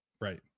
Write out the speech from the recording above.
Right